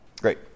Great